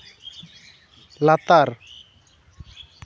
ᱞᱟᱛᱟᱨ